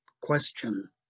question